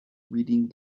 reading